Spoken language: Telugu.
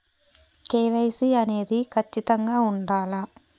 కే.వై.సీ అనేది ఖచ్చితంగా ఉండాలా?